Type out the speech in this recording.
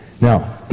now